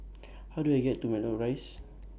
How Do I get to Matlock Rise